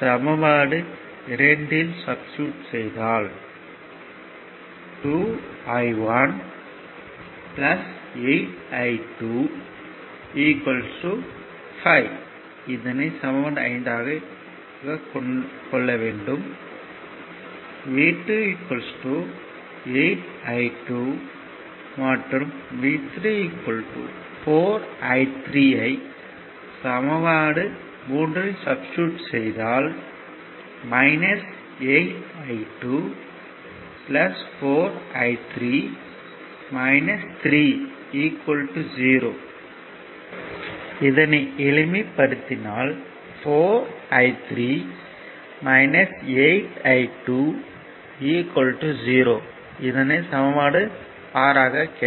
சமன்பாடு 2 இல் சப்ஸ்டிடுட் செய்தால் 2 I1 8 I2 5 V2 8 I2 மற்றும் V3 4 I3 ஐ சமன்பாடு 3 இல் சப்ஸ்டிடுட் செய்தால் 8 I2 4 I3 3 0 இதனை எளிமைப்படுத்தினால் 4 I3 8 I2 3 என கிடைக்கும்